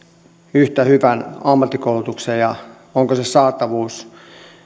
yhtä hyvän ammattikoulutuksen ja onko se saatavuus